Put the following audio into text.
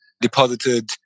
deposited